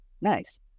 Nice